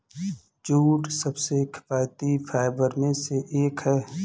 jute सबसे किफायती fibre में से एक है